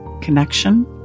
connection